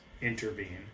intervene